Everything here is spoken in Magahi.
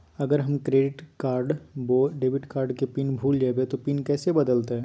अगर हम क्रेडिट बोया डेबिट कॉर्ड के पिन भूल जइबे तो पिन कैसे बदलते?